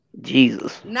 Jesus